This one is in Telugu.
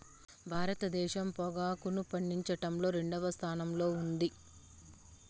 భారతదేశం పొగాకును పండించడంలో రెండవ స్థానంలో ఉంది